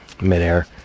midair